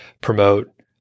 promote